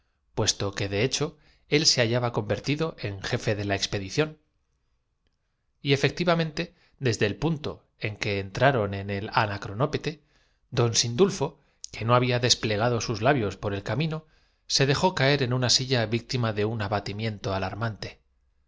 puesto que de hecho él se hallaba convertido en jefe de la dinastía de los emperadores conocida en la historia expedición con el nombre de los ouei y efectivamente desde el punto en que entraron en el anacronópete don sindulfo que no había desple gado sus labios por el camino se dejó caer en una silla víctima de un abatimiento alarmante tan